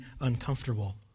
uncomfortable